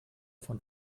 von